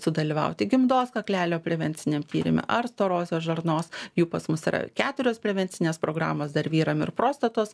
sudalyvauti gimdos kaklelio prevenciniam tyrime ar storosios žarnos jų pas mus yra keturios prevencinės programos dar vyrams ir prostatos